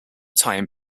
time